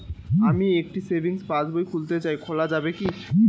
আমি একটি সেভিংস পাসবই খুলতে চাই খোলা যাবে কি?